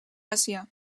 àsia